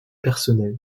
personnel